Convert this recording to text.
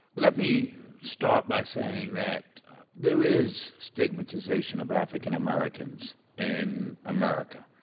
let me start by saying that there is stigmatization of african-americans in america.